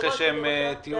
אחרי שתהיו --- כבוד היושב-ראש,